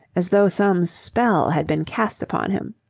as though some spell had been cast upon him.